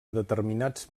determinats